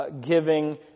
giving